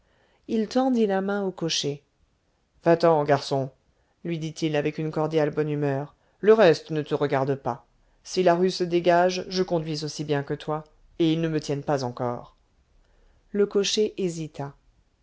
il tendit la main au cocher va-t'en garçon lui dit-il avec une cordiale bonne humeur le reste ne te regarde pas si la rue se dégage je conduis aussi bien que toi et ils ne me tiennent pas encore le cocher hésita